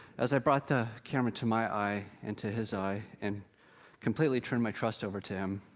as i brought the camera to my eye, into his eye, and completely turned my trust over to him,